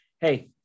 hey